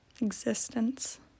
existence